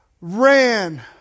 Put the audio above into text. ran